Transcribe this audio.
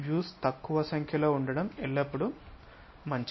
views తక్కువ సంఖ్యలో ఉండడం ఎల్లప్పుడూ మంచిది